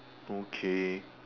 okay